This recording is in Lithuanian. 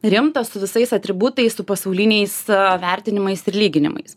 rimtą su visais atributais su pasauliniais vertinimais ir lyginimais